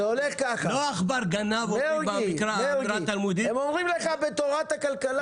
לא העכבר גנב, אומרים במקרא, לא העכבר גנב,